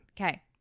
okay